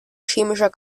chemischer